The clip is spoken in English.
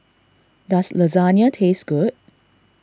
does Lasagne taste good